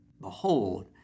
Behold